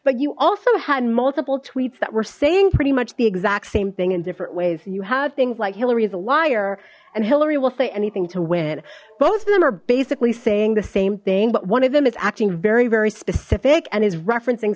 but you also had multiple tweets that were saying pretty much the exact same thing in different ways you have things like hillary is a liar and hillary will say anything to win both of them are basically saying the same thing but one of them is acting very very specific and is referencing